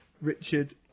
Richard